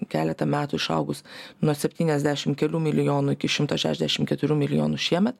keletą metų išaugus nuo septyniasdešimt kelių milijonų iki šimto šešiasdešimt keturių milijonų šiemet